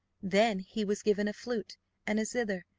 then he was given a flute and a zither,